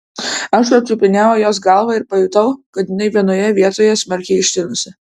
aš apčiupinėjau jos galvą ir pajutau kad jinai vienoje vietoj smarkiai ištinusi